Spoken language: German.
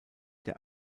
der